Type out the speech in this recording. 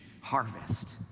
harvest